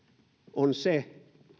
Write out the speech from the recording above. on se